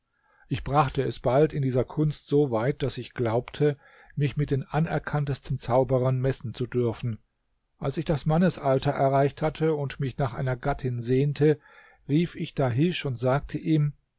ich brachte es bald in dieser kunst so weit daß ich glaubte mich mit den anerkanntesten zauberern messen zu dürfen als ich das mannesalter erreicht hatte und mich nach einer gattin sehnte rief ich dahisch und sagte ihm